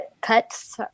cuts